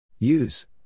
Use